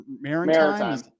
maritime